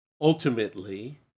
Ultimately